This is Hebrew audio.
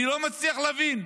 אני לא מצליח להבין,